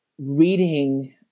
reading